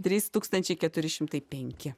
trys tūkstančiai keturi šimtai penki